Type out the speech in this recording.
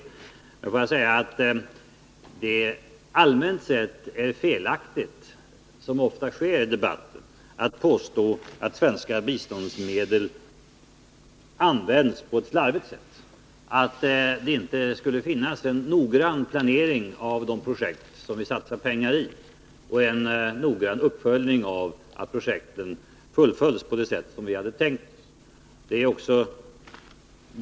Låt mig också säga att det allmänt sett är felaktigt, som ofta sker i debatten, att påstå att svenska biståndsmedel används på ett slarvigt sätt, att det inte skulle finnas en noggrann planering av de projekt som vi satsar pengar i och en noggrann uppföljning av att projekten fullföljs på det sätt som vi hade tänkt oss.